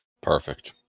Perfect